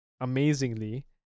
amazingly